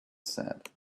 said